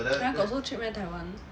taiwan got so cheap meh taiwan